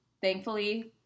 thankfully